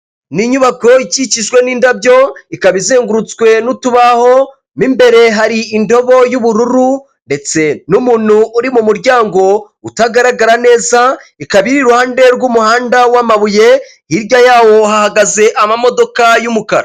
N'inyubako ikikijwe n'indabyo ikaba izengurutswe n'utubaho, mo imbere hari indobo y'ubururu ndetse n'umuntu uri m'umuryango utagaragara neza, ikaba iruhande rw'umuhanda wamabuye irya yahagaze amamodoka y'umukara.